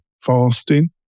fasting